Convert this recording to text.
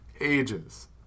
ages